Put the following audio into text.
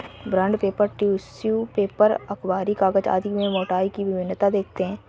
bond paper, tissue paper, अखबारी कागज आदि में मोटाई की भिन्नता देखते हैं